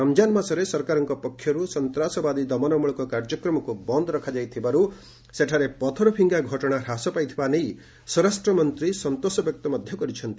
ରମ୍ଜାନ ମାସରେ ସରକାରଙ୍କ ପକ୍ଷରୁ ସନ୍ତ୍ରାସବାଦୀ ଦମନମୂଳକ କାର୍ଯ୍ୟକ୍ରମକୁ ବନ୍ଦ ରଖାଯାଇଥିବାରୁ ସେଠାରେ ପଥର ଫିଙ୍ଗା ଘଟଣା ହ୍ରାସ ପାଇଥିବାନେଇ ସ୍ପରାଷ୍ଟ୍ରମନ୍ତ୍ରୀ ସନ୍ତୋଷବ୍ୟକ୍ତ କରିଛନ୍ତି